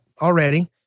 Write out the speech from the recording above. already